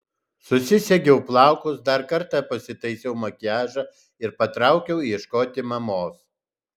susisegiau plaukus dar kartą pasitaisiau makiažą ir patraukiau ieškoti mamos